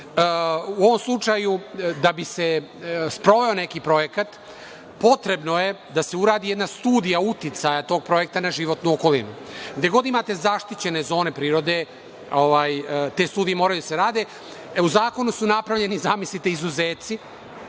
U ovom slučaju da bi se sproveo neki projekat potrebno je da se uradi jedna studija uticaja tog projekta na životnu okolinu. Gde god imate zaštićene zone prirode te studije moraju da se rade. U zakonu su napravljeni, zamislite, izuzeci,